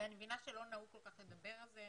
אני מבינה שלא כל כך נהוג לדבר על זה